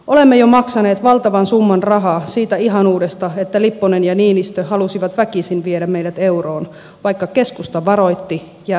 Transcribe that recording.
olemme jo maksaneet valtavan summan rahaa siitä ihanuudesta että lipponen ja niinistö halusivat väkisin viedä meidät euroon vaikka keskusta varoitti ja äänesti vastaan